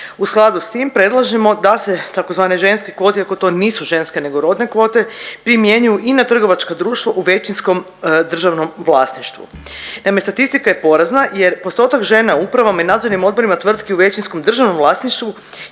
U skladu s tim predlažemo da se tzv. ženske kvote iako to nisu ženske nego rodne kvote primjenjuju i na trgovačka društva u većinskom državnom vlasništvu. Naime, statistika je porazna jer postotak u upravnim i nadzornim odborima tvrtki u većinskom državnom vlasništvu